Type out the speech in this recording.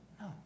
No